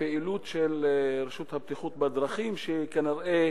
הפעילות של הרשות לבטיחות בדרכים, וכנראה